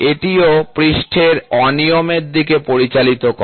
এটিও পৃষ্ঠের অনিয়মের দিকে পরিচালিত করে